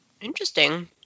Interesting